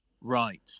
Right